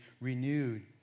renewed